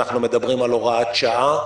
שאנחנו מדברים על הוראת שעה,